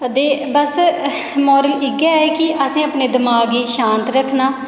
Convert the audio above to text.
ते बस्स मारल इ'यै कि असें अपने दमाग गी शांत रक्खना